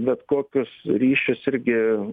bet kokius ryšius irgi